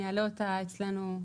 אני אעלה אותה אצלנו.